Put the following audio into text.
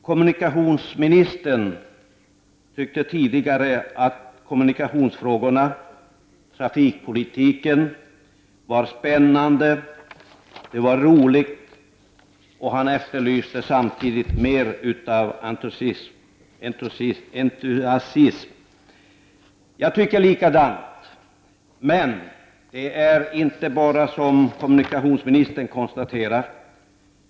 Kommunikationsministern tyckte tidigare att kommunikationsfrågorna och trafikpolitiken var spännande, det var roligt och han efterlyste samtidigt mer av entusiasm. Jag tycker likadant, men det är inte enbart så som kommunikationsministern konstaterade.